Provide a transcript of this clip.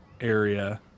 area